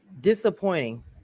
Disappointing